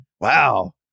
wow